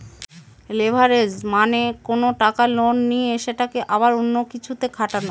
leverage মানে কোনো টাকা লোনে নিয়ে সেটাকে আবার অন্য কিছুতে খাটানো